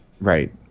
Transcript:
right